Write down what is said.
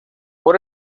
por